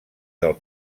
del